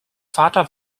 vater